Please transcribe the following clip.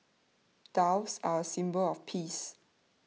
doves are a symbol of peace